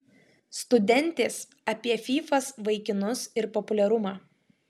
studentės apie fyfas vaikinus ir populiarumą